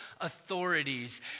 authorities